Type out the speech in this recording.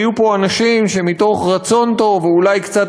היו פה אנשים שמתוך רצון טוב ואולי קצת